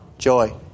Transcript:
Joy